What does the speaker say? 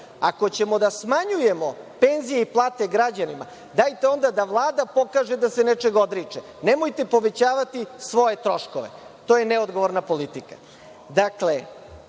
Ako ćemo da smanjujemo penzije i plate građanima, dajte onda da Vlada pokaže da se nečega odriče. Nemojte povećavati svoje troškove, to je neodgovorna politika. Dakle,